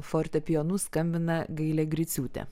fortepijonu skambina gailė griciūtė